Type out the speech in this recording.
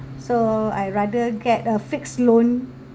so I rather get a fixed loan